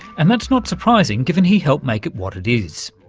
and that's not surprising given he helped make it what it is.